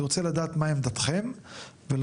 אני רוצה לדעת מה עמדתכם ולדעת,